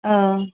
अ